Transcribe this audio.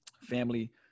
family